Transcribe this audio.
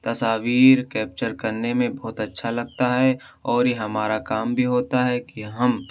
تصاویر کیپچر کرنے میں بہت اچّھا لگتا ہے اور یہ ہمارا کام بھی ہوتا ہے کہ ہم